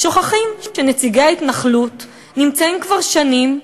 שוכחים שנציגי ההתנחלות נמצאים כבר שנים,